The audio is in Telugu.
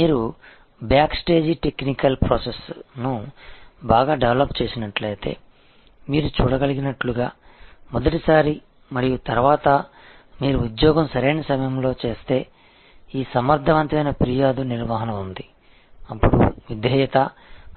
మీరు బ్యాక్ స్టేజ్ టెక్నికల్ ప్రాసెస్ను బాగా డెవలప్ చేసినట్లయితే మీరు చూడగలిగినట్లుగా మొదటి సారి మరియు తర్వాత మీరు ఉద్యోగం సరైన సమయంలో చేస్తే ఈ సమర్థవంతమైన ఫిర్యాదు నిర్వహణ ఉంది అప్పుడు విధేయత